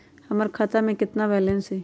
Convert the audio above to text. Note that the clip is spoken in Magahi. हमर खाता में केतना बैलेंस हई?